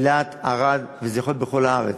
אילת, ערד, וזה יכול להיות בכל הארץ.